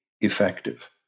effective